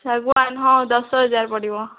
ଶାଗୁଆନ ହଁ ଦଶ ହଜାର ପଡ଼ିବ